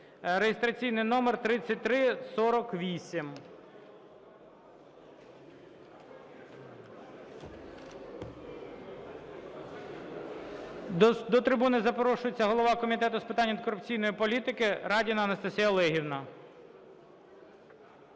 (реєстраційний номер 3348). До трибуни запрошується голова Комітету з питань антикорупційної політики Радіна Анастасія Олегівна.